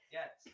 yes